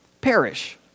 perish